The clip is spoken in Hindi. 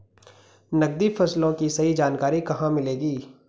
नकदी फसलों की सही जानकारी कहाँ मिलेगी?